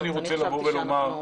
אני אבדוק את הסוגיה הזאת.